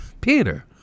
Peter